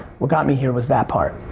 what got me here was that part.